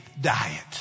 diet